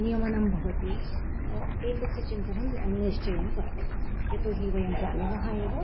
नियमनं भवतु एतस्य चिन्तनं निश्चयेन कर्तव्यं यतो हि वयं जानीमः एव